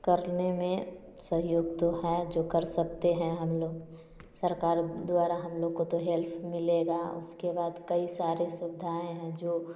करने में सहयोग तो है जो कर सकते हैं हम लोग सरकार द्वारा हम लोग को तो हेल्प मिलेगा उसके बाद कई सारे सुविधाएँ हैं जो